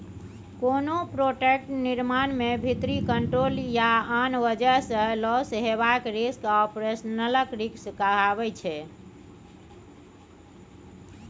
कोनो प्रोडक्ट निर्माण मे भीतरी कंट्रोल या आन बजह सँ लौस हेबाक रिस्क आपरेशनल रिस्क कहाइ छै